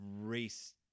race